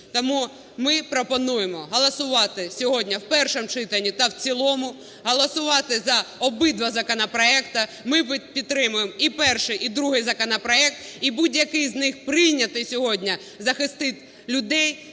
Тому ми пропонуємо голосувати сьогодні в першому читанні та в цілому, голосувати за обидва законопроекти. Ми підтримуємо і перший, і другий законопроект. І будь-який з них прийнятий сьогодні захистить людей